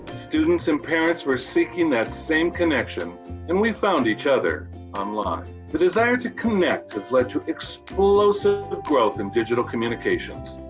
students and parents were seeking that same connection and we found each other online. the desire to connect has led to explosive growth in digital communications.